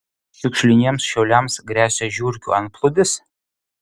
šiukšliniems šiauliams gresia žiurkių antplūdis